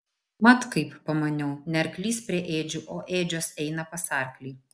mat kaip pamaniau ne arklys prie ėdžių o ėdžios eina pas arklį